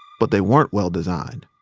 but they weren't well designed.